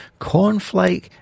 cornflake